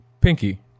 pinky